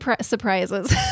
surprises